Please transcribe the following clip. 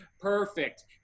perfect